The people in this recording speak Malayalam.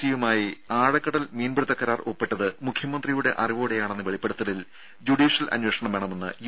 സി യുമായി ആഴക്കടൽ മീൻപിടിത്ത കരാർ ഒപ്പിട്ടത് മുഖ്യമന്ത്രിയുടെ അറിവോടെയാണെന്ന വെളിപ്പെടുത്തലിൽ ജുഡീഷ്യൽ അന്വേഷണം വേണമെന്ന് യു